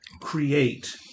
create